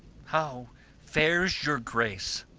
how fares your grace?